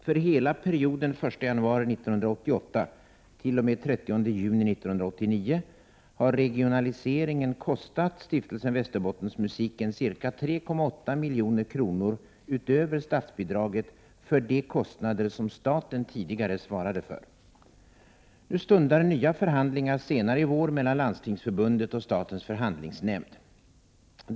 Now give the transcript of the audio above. För hela perioden den 1 januari 1988-den30 juni 1989 har regionaliseringen kostat Stiftelsen Västerbottensmusiken ca 3,8 milj.kr. utöver statsbidraget för de kostnader som staten tidigare svarade för. Nu stundar nya förhandlingar senare i vår mellan Landstingsförbundet och statens förhandlingsnämnd.